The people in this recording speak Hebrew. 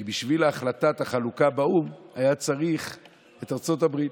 כי בשביל החלטת החלוקה באו"ם היה צריך את ארצות הברית.